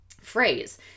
Phrase